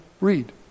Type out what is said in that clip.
read